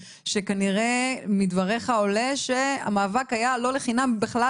שכנראה מדבריך עולה שהמאבק היה לא לחינם בכלל,